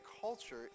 culture